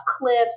cliffs